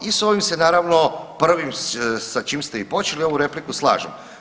I s ovim se naravno prvim sa čim ste i počeli ovu repliku slažem.